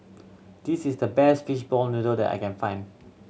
this is the best fishball noodle that I can find